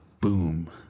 Boom